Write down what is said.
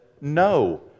no